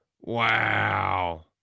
wow